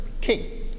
King